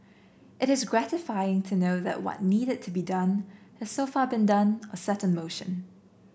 it is gratifying to know that what needed to be done has so far been done or set in motion